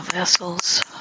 Vessels